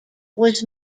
was